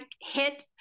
hit